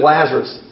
Lazarus